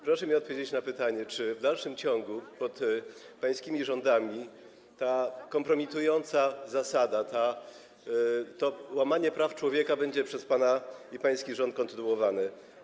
Proszę mi odpowiedzieć na pytanie, czy w dalszym ciągu pod pańskimi rządami ta kompromitująca zasada, to łamanie praw człowieka, będzie przez pana i pański rząd kontynuowana?